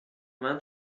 مند